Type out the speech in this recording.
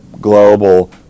global